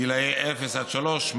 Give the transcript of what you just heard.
גילאי אפס עד שלוש,